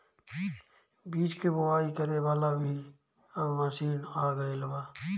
बीज के बोआई करे वाला भी अब मशीन आ गईल बा